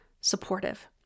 supportive